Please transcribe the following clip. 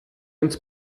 ins